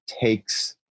takes